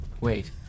Wait